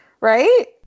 Right